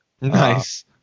Nice